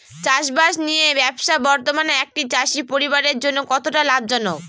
চাষবাষ নিয়ে ব্যবসা বর্তমানে একটি চাষী পরিবারের জন্য কতটা লাভজনক?